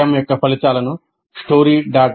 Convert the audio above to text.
వ్యాయామం యొక్క ఫలితాలను story